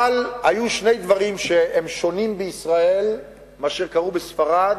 אבל בישראל היו שני דברים שהם שונים ממה שקרה בספרד,